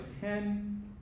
ten